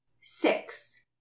Six